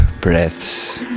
breaths